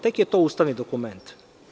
Tek je to ustavni dokument.